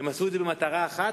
הם עשו זאת במטרה אחת: